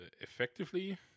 effectively